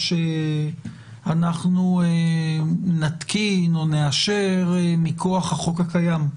שאנחנו נתקין או נאשר מכוח החוק הקיים,